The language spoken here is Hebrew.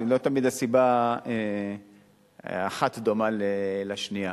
לא תמיד הסיבה האחת דומה לשנייה.